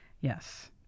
Yes